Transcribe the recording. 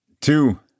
two